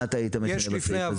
מה היית משנה בסעיף הזה?